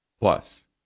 Plus